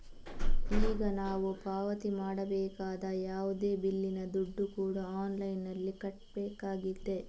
ಈಗ ನಾವು ಪಾವತಿ ಮಾಡಬೇಕಾದ ಯಾವುದೇ ಬಿಲ್ಲಿನ ದುಡ್ಡು ಕೂಡಾ ಆನ್ಲೈನಿನಲ್ಲಿ ಕಟ್ಲಿಕ್ಕಾಗ್ತದೆ